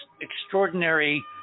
extraordinary